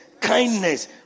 kindness